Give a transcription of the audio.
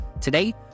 Today